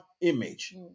image